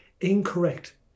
incorrect